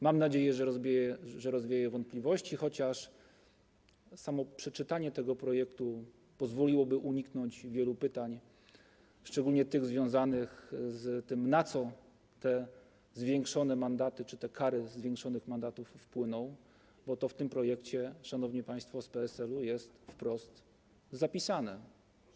Mam nadzieję, że rozwieję wątpliwości, chociaż samo przeczytanie tego projektu pozwoliłoby uniknąć wielu pytań, szczególnie związanych z tym, na co wpłyną zwiększone mandaty czy kary zwiększonych mandatów, bo to w tym projekcie, szanowni państwo z PSL-u, jest wprost napisane.